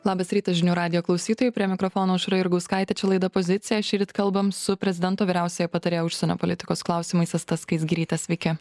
labas rytas žinių radijo klausytojai prie mikrofono aušra jurgauskaitė čia laida pozicija šįryt kalbam su prezidento vyriausiąja patarėja užsienio politikos klausimais asta skaisgiryte sveiki